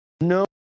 no